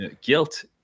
Guilt